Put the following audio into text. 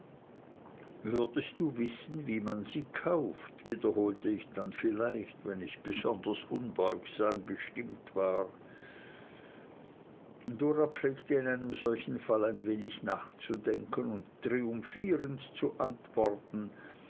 würdest du wissen wie man sie kauft wiederholte ich dann vielleicht wenn ich besonders unbeugsam gestimmt war dora pflegte in einem solchen fall ein wenig nachzudenken und triumphierend zu antworten